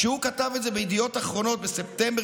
כשהוא כתב את זה בידיעות אחרונות בספטמבר